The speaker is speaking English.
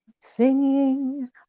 singing